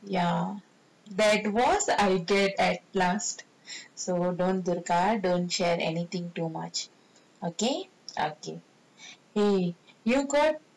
ya that was I get at last so don't don't share anything too much okay okay !hey! you got